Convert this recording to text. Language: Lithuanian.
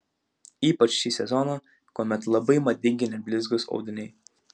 ypač šį sezoną kuomet labai madingi neblizgūs audiniai